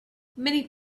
many